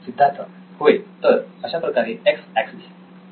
सिद्धार्थ होय तर अशाप्रकारे एक्स ऍक्सिस